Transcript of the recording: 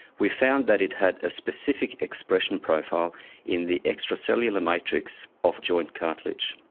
we found that it had a specific expression profile in the extracellular matrix of joint cartilage.